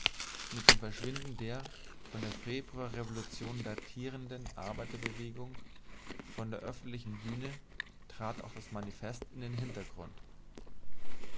mit dem verschwinden der von der februarrevolution datierenden arbeiterbewegung von der öffentlichen bühne trat auch das manifest in den hintergrund